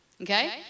Okay